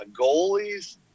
goalies